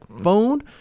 phone